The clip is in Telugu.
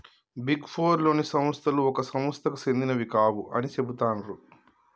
బిగ్ ఫోర్ లోని సంస్థలు ఒక సంస్థకు సెందినవి కావు అని చెబుతాండ్రు